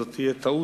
זו תהיה טעות,